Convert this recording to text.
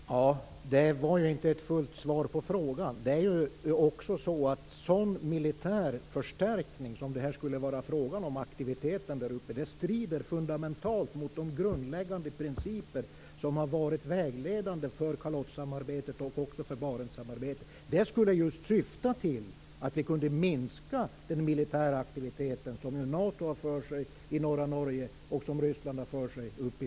Fru talman! Det var inte ett fullständigt svar på frågan. Sådan militär förstärkning som en sådan aktivitet där uppe skulle vara fråga om strider fundamentalt mot de grundläggande principer som har varit vägledande för kalottssamarbetet och också för Barentssamarbetet. Samarbetet skulle just syfta till att vi kunde minska den militära aktivitet som Nato har för sig i norra Norge och som Ryssland har för sig uppe i